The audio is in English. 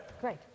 Great